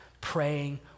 praying